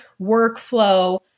workflow